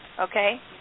Okay